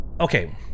Okay